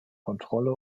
kontrolle